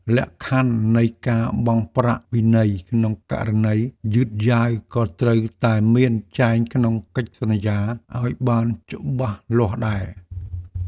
លក្ខខណ្ឌនៃការបង់ប្រាក់ពិន័យក្នុងករណីយឺតយ៉ាវក៏ត្រូវតែមានចែងក្នុងកិច្ចសន្យាឱ្យបានច្បាស់លាស់ដែរ។